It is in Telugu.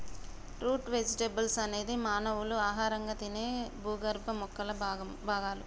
రూట్ వెజిటెబుల్స్ అనేది మానవులు ఆహారంగా తినే భూగర్భ మొక్కల భాగాలు